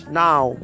now